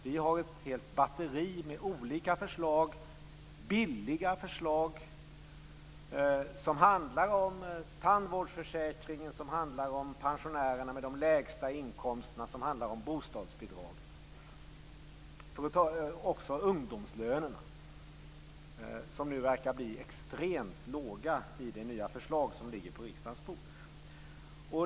Vi har ett helt batteri med olika förslag - billiga förslag, som handlar om tandvårdsförsäkringen, om pensionärerna med de lägsta inkomsterna och om bostadsbidragen samt också om ungdomslönerna, som nu verkar bli extremt låga enligt det nya förslag som ligger på riksdagens bord.